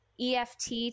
eft